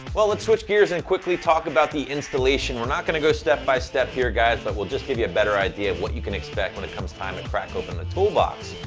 well, let's switch gears and quickly talk about the installation. we're not gonna go step by step here, guys, but we'll just give you a better idea of what you can expect when it comes time to and crack open the toolbox.